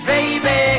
Baby